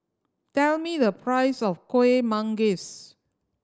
tell me the price of Kuih Manggis